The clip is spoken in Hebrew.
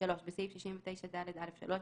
(3)בסעיף 69ד(א)(3),